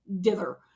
dither